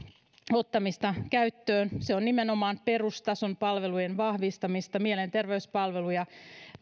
ottamista käyttöön se on nimenomaan perustason palvelujen vahvistamista mielenterveyspalvelujen